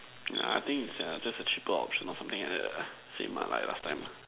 yeah I think it's uh just a cheaper option or something like that ah same ah like last time